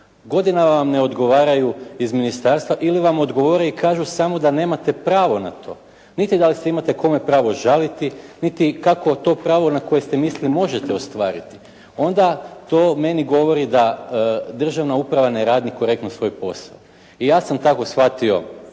Godinama vam ne odgovaraju iz Ministarstva ili vam odgovore i kažu samo da nemate pravo na to. Niti da li se imate kome pravo žaliti niti kako to pravo na koje ste mislili možete ostvariti? Onda to meni govori da državna uprava ne radi korektno svoj posao. I ja sam tako shvatio